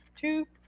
two